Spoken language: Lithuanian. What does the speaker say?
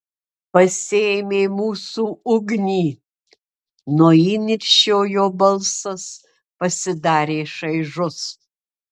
pasiėmė mūsų ugnį nuo įniršio jo balsas pasidarė šaižus